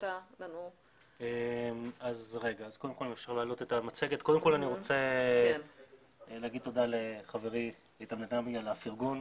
קודם כל אני רוצה להגיד תודה לחברי איתן בן עמי על הפרגון.